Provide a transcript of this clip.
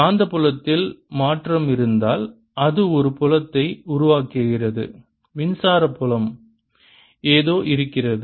காந்தப்புலத்தில் மாற்றம் இருந்தால் அது ஒரு புலத்தை உருவாக்குகிறது மின்சார புலம் ஏதோ இருக்கிறது